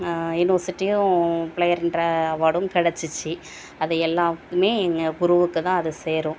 யூனிவெர்சிட்டியும் பிளேயர்ன்ற அவார்டும் கிடைச்சிச்சி அது எல்லாவுக்கும் எங்கள் குருவுக்கு தான் அது சேரும்